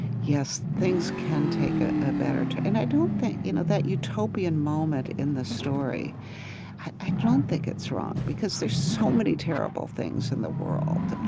yes, things can take a ah better turn. and i don't think, you know, that utopian moment in the story i don't think it's wrong, because there're so many terrible things in the world.